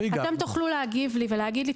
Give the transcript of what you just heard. אתם תוכלו להגיב לי ולהגיד לי,